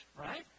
right